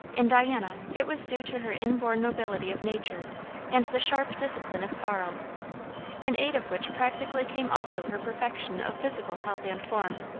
in diana it was due to her inborn nobility of nature and the sharp discipline of sorrow in aid of which practically came also her perfection of physical health and form.